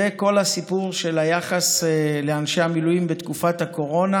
וכל הסיפור של היחס לאנשי המילואים בתקופת הקורונה.